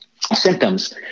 symptoms